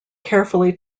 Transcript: carefully